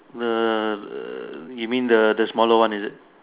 you mean the the smaller one is it